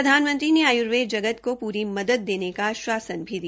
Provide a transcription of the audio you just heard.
प्रधानमंत्री ने आयुर्वेद जगत को पूरी मदद देने का आष्वासन भी दिया